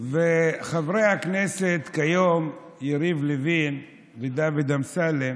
וחברי הכנסת כיום יריב לוין ודוד אמסלם